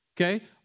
okay